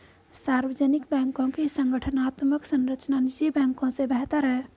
सार्वजनिक बैंकों की संगठनात्मक संरचना निजी बैंकों से बेहतर है